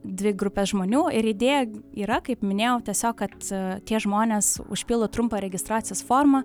dvi grupes žmonių ir idėja yra kaip minėjau tiesiog kad tie žmonės užpildo trumpą registracijos formą